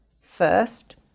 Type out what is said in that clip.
first